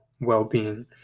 well-being